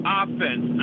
offense